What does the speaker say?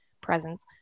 presence